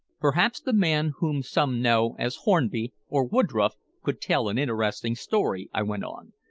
perhaps the man whom some know as hornby, or woodroffe, could tell an interesting story, i went on.